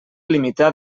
limitar